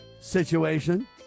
situation